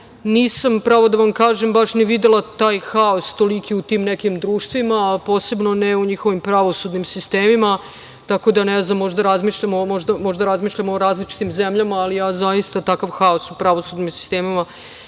nisam, pravo da vam kažem, baš ni videla taj haos toliki u tim nekim društvima, a posebno ne u njihovim pravosudnim sistemima, tako da, ne znam, možda razmišljam o različitim zemljama, ali ja zaista takav haos u pravosudnim sistemima